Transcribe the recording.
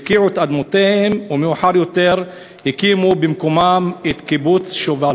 הפקיעו את אדמותיהם ומאוחר יותר הקימו במקומם את קיבוץ שובל.